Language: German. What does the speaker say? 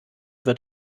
wird